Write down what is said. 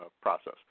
process